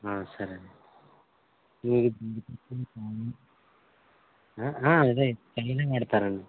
సరేండి ఇదే డైలీ వాడతారండి